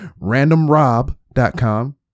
Randomrob.com